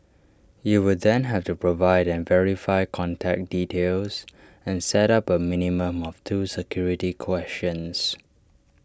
you will then have to provide and verify contact details and set up A minimum of two security questions